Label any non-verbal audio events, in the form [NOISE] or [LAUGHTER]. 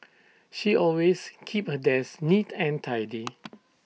she always keeps her desk neat and tidy [NOISE]